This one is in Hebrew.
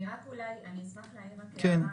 אשמח אולי להעיר הערה.